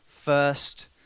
first